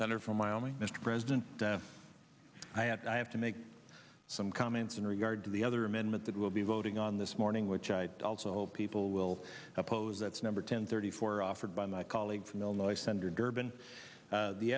center from miami mr president i have to i have to make some comments in regard to the other amendment that will be voting on this morning which i also hope people will oppose that's number ten thirty four offered by my colleague from illinois senator durbin